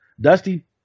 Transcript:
Dusty